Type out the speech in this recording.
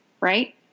Right